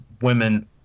women